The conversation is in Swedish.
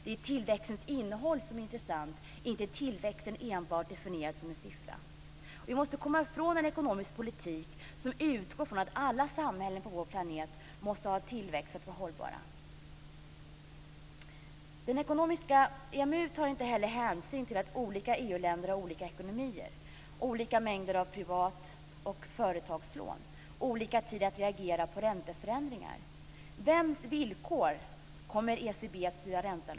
Det är tillväxtens innehåll som är intressant - inte tillväxten definierad som enbart en siffra. Vi måste komma ifrån en ekonomisk politik som utgår från att alla samhällen på vår planet måste ha tillväxt för att vara hållbara. EMU tar inte heller hänsyn till att olika EU-länder har olika ekonomier, olika mängder av privatlån och företagslån och behöver olika lång tid för att reagera på ränteförändringar. Utifrån vems villkor kommer ECB att styra räntan?